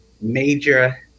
major